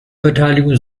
beteiligung